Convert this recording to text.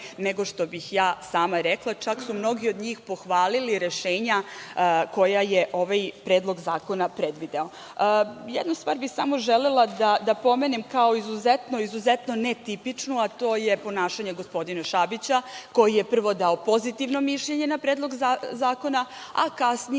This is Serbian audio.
nego što bih ja sama rekla. Čak su mnogi od njih pohvalili rešenja koja je ovaj predlog zakona predvideo. Jednu stvar bih želela da pomenem kao izuzetno netipičnu, a to je ponašanje gospodina Šabića, koji je prvo dao pozitivno mišljenje na Predlog zakona, a kasnije